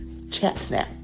Chatsnap